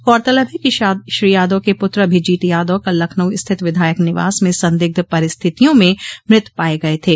गौरतलब है कि श्री यादव के पुत्र अभिजीत यादव कल लखनऊ स्थित विधायक निवास में संदिग्ध परिस्थितियों में मृत पाये गये थे